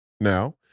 now